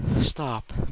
stop